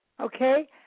Okay